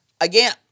again